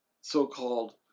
so-called